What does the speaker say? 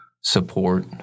support